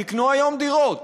תקנו היום דירות.